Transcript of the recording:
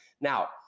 Now